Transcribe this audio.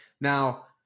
Now